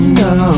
no